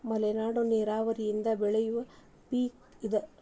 ಮಲ್ನಾಡ ನೇರಾವರಿ ಮಂದಿ ಬೆಳಿಯುವ ಪಿಕ್ ಇದ